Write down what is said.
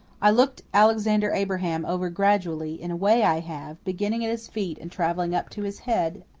i looked alexander abraham over gradually, in a way i have, beginning at his feet and traveling up to his head.